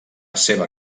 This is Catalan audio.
seva